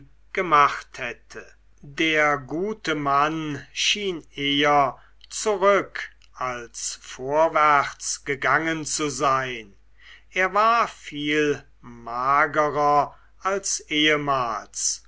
gemacht hätte der gute mann schien eher zurück als vorwärts gegangen zu sein er war viel magerer als ehemals